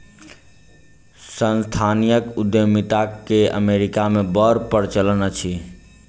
सांस्थानिक उद्यमिता के अमेरिका मे बड़ प्रचलन अछि